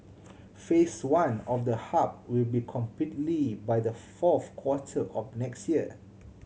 Phase One of the hub will be completed by the fourth quarter of next year